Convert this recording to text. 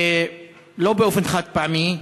לא באופן חד-פעמי.